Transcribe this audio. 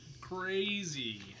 Crazy